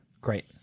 great